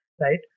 Right